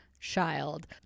child